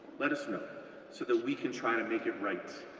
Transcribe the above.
let us know, so that we can try to make it right.